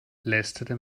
leistete